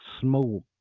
smoke